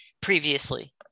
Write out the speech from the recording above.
Previously